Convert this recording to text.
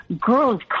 girls